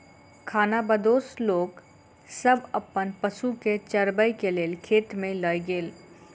खानाबदोश लोक सब अपन पशु के चरबै के लेल खेत में लय गेल